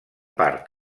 part